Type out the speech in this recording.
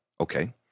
Okay